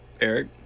Eric